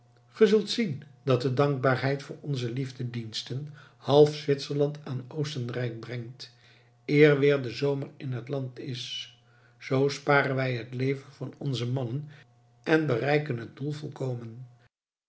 ge zult zien dat de dankbaarheid voor onze liefdediensten half zwitserland aan oostenrijk brengt eer weer de zomer in het land is zoo sparen wij het leven van onze mannen en bereiken het doel volkomen